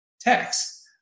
text